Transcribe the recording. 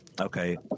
okay